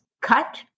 cut